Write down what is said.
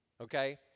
Okay